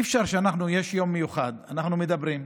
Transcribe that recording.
אי-אפשר שאנחנו, יש יום מיוחד, אנחנו מדברים,